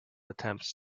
attempts